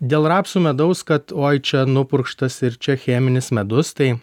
dėl rapsų medaus kad oi čia nupurkštas ir čia cheminis medus tai